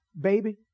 baby